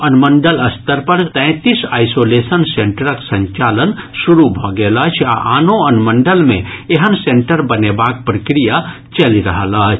अनुमंडल स्तर पर तैंतीस आइसोलेशन सेन्टरक संचालन शुरू भऽ गेल अछि आ आनो अनुमंडल मे एहन सेन्टर बनेबाक प्रक्रिया चलि रहल अछि